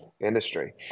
industry